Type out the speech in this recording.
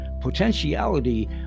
potentiality